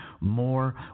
more